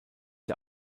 der